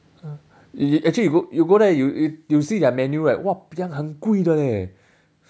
actually you go you go there you you see their menu right !wahpiang! 很贵的 leh